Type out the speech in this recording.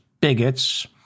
bigots